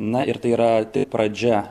na ir tai yra pradžia